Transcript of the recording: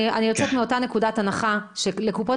אני יוצאת מאותה נקודת הנחה - שלקופות